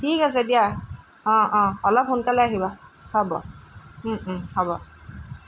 ঠিক আছে দিয়া অঁ অঁ অলপ সোনকালে আহিবা হ'ব হ'ব